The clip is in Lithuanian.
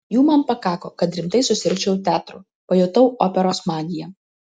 jų man pakako kad rimtai susirgčiau teatru pajutau operos magiją